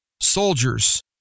soldiers